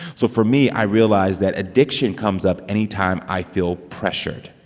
so for me, i realized that addiction comes up anytime i feel pressured.